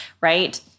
right